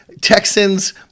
Texans